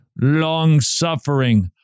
long-suffering